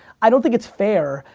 i don't think it's fair,